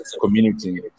community